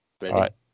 Ready